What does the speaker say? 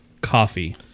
Coffee